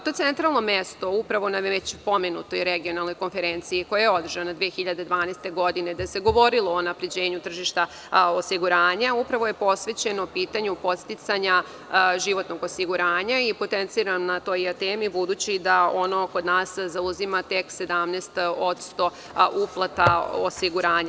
To centralno mesto upravo na već pomenutoj regionalnoj konferenciji koja je održana 2012. godine, gde se govorilo o unapređenju tržišta osiguranja, upravo je posvećeno pitanju podsticanja životnog osiguranja i potencirano je na toj temi budući da ono kod nas zauzima tek 17% uplata osiguranja.